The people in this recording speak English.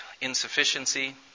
insufficiency